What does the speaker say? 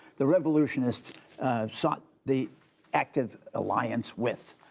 the revolutionists sought the active alliance with